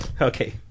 Okay